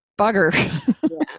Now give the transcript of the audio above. bugger